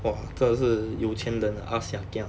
!wah! 真的是有钱人 ah ah sia kia